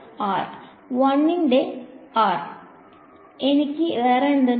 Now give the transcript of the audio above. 1 ന്റെ R എനിക്ക് വേറെ എന്തുണ്ട്